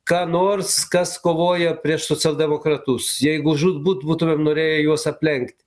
ką nors kas kovoja prieš socialdemokratus jeigu žūtbūt būtumėm norėję juos aplenkt